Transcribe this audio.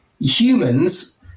Humans